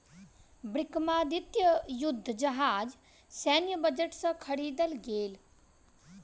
विक्रमादित्य युद्ध जहाज सैन्य बजट से ख़रीदल गेल